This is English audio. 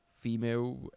female